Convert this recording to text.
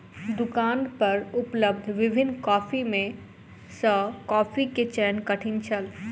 दुकान पर उपलब्ध विभिन्न कॉफ़ी में सॅ कॉफ़ी के चयन कठिन छल